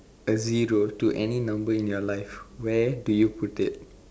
a zero to any number in your life where do you put it